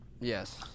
Yes